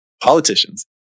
politicians